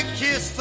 kiss